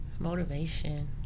motivation